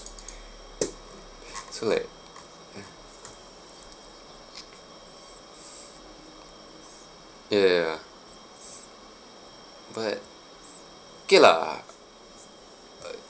so like ya ya ya but okay lah uh